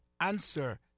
answer